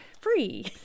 free